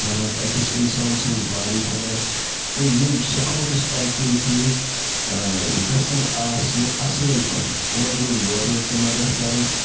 بَنان أکِس اِنسان سٕنٛز باڑی بَنان تہٕ یِم سپوٹس ایٚکٹِوِٹیٖز گَژھَن آسنہِ اصل پٲٹھۍ یِمَن گوٚژھ گورمنٹ تہِ مَدَد کَرُن